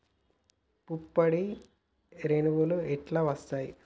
పుప్పొడి రేణువులు ఎట్లా వత్తయ్?